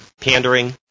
Pandering